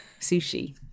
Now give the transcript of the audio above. sushi